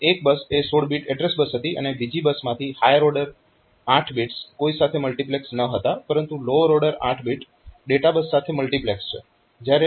તો એક બસ એ 16 બીટ એડ્રેસ બસ હતી અને બીજી બસમાંથી હાયર ઓર્ડર 8 બિટ્સ કોઈ સાથે મલ્ટીપ્લેક્સડ ન હતા પરંતુ lower order 8 bit data bus સાથે મલ્ટીપ્લેક્સડ છે